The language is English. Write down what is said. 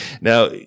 Now